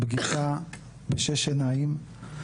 פגישה בשש עיניים,